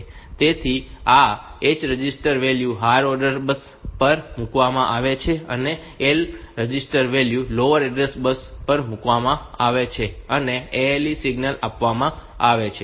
તેથી આ H register value higher order address bus પર મૂકવામાં આવે છે અને L register value lower order address bus પર મૂકવામાં આવે છે અને ALE સિગ્નલ આપવામાં આવે છે